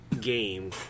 game